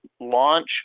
launch